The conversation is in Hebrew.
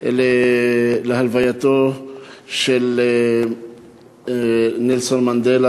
להלווייתו של נלסון מנדלה.